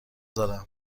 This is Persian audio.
دارم